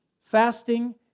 Fasting